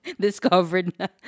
discovered